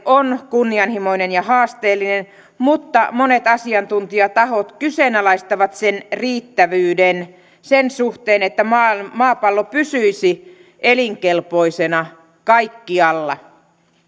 on kunnianhimoinen ja haasteellinen mutta monet asiantuntijatahot kyseenalaistavat sen riittävyyden sen suhteen että maapallo pysyisi elinkelpoisena kaikkialla